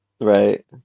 Right